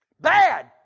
bad